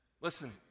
Listen